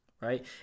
right